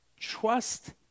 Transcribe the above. trust